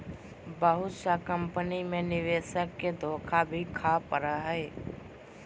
बहुत सा कम्पनी मे निवेशक के धोखा भी खाय पड़ जा हय